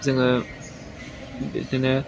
जोङो बिदिनो